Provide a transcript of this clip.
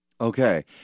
Okay